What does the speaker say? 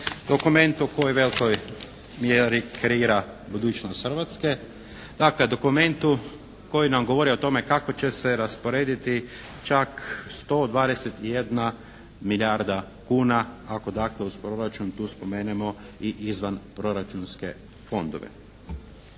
dokumentu koji u velikoj mjeri kreira budućnost Hrvatske. Dakle, dokumentu koji nam govori o tome kako će se rasporediti čak 121 milijarda kuna ako dakle uz proračun tu spomenemo i izvanproračunske fondove.